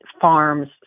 farm's